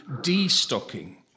de-stocking